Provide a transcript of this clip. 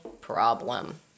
problem